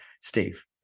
steve